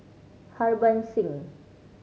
Harbans Singh